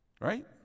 right